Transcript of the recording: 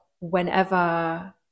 whenever